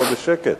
או שקט.